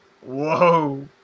Whoa